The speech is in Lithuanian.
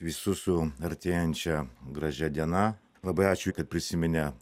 visus su artėjančia gražia diena labai ačiū kad prisiminė